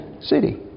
City